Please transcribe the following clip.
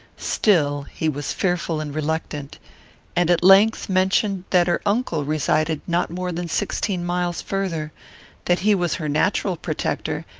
still he was fearful and reluctant and, at length, mentioned that her uncle resided not more than sixteen miles farther that he was her natural protector,